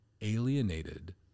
alienated